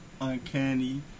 Uncanny